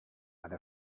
eine